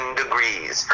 degrees